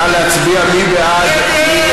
נא להצביע, מי בעד?